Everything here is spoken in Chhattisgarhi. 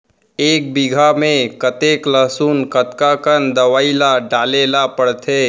एक बीघा में कतेक लहसुन कतका कन दवई ल डाले ल पड़थे?